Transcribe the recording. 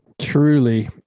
Truly